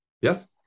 Yes